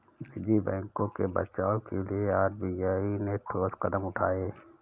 निजी बैंकों के बचाव के लिए आर.बी.आई ने ठोस कदम उठाए